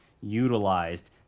utilized